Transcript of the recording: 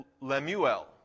Lemuel